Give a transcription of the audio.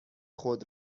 خود